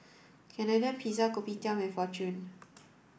Canadian Pizza Kopitiam and Fortune